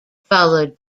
followed